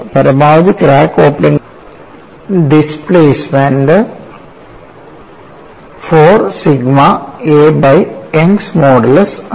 പരമാവധി crack opening displacement 4 sigma a by Young's modulus ആണ്